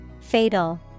Fatal